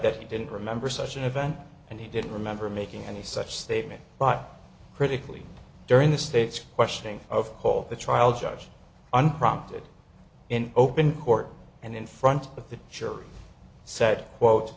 that he didn't remember such an event and he didn't remember making any such statement but critically during the state's questioning of whole the trial judge unprompted in open court and in front of the jury said quote